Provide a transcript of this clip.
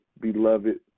beloved